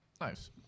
Nice